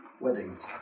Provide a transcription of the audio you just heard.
Weddings